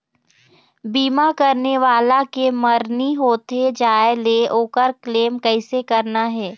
बीमा करने वाला के मरनी होथे जाय ले, ओकर क्लेम कैसे करना हे?